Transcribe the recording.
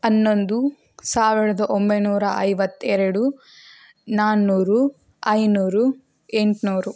ಹನ್ನೊಂದು ಸಾವಿರದ ಒಂಬೈನೂರ ಐವತ್ತೆರೆಡು ನಾಲ್ಕುನೂರು ಐದುನೂರು ಎಂಟುನೂರು